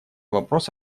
вопрос